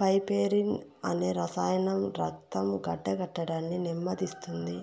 piperine అనే రసాయనం రక్తం గడ్డకట్టడాన్ని నెమ్మదిస్తుంది